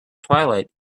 twilight